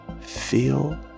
feel